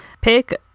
pick